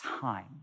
time